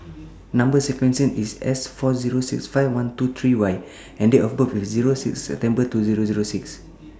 Number sequence IS S four Zero six five one two three Y and Date of birth IS Zero six September two Zero Zero six